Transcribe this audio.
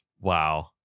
Wow